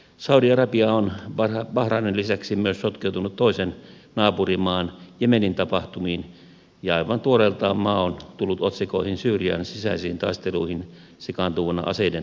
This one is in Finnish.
saudi arabia on bahrainin lisäksi myös sotkeutunut toisen naapurimaan jemenin tapahtumiin ja aivan tuoreeltaan maa on tullut otsikoihin syyrian sisäisiin taisteluihin sekaantuvana aseiden toimittajana